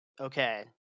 Okay